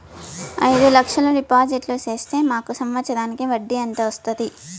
అయిదు లక్షలు డిపాజిట్లు సేస్తే మాకు సంవత్సరానికి వడ్డీ ఎంత వస్తుంది?